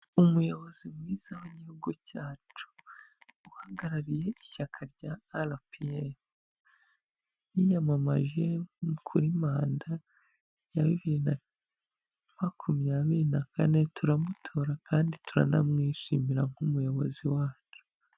Umuyobozi mwiza w'igihugu cyacu uhagarariye ishyaka rya RPF, yiyamamaje kuri manda ya bibiri na makumyabiri na kane turamutora kandi turanamwishimira nk'umuyobozi wacu.